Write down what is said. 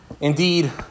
Indeed